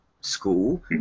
school